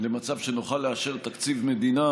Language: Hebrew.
למצב שנוכל לאשר תקציב מדינה,